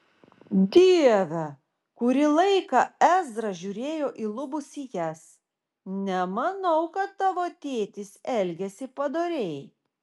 dieve kurį laiką ezra žiūrėjo į lubų sijas nemanau kad tavo tėtis elgėsi padoriai